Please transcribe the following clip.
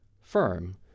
firm